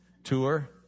Tour